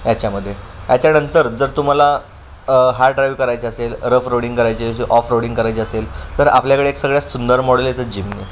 याच्यामध्ये याच्यानंतर जर तुम्हाला हार्ड ड्राईव्ह करायची असेल रफ रोडिंग करायची असेल ऑफ रोडिंग करायची असेल तर आपल्याकडे सगळ्यात सुंदर मॉडेल येतात जिमने